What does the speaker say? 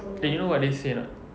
eh you know what they say or not